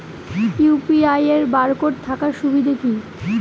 UPI এর barcode থাকার সুবিধে কি?